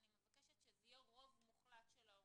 אני מבקשת שזה יהיה רוב מוחלט של ההורים.